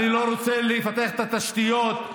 אני לא רוצה לפתח את התשתיות,